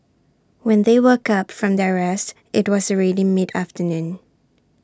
when they woke up from their rest IT was already mid afternoon